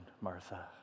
Martha